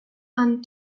and